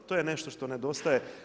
To je nešto što nedostaje.